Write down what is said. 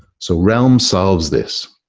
so realm solves this.